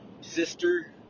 sister